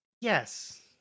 Yes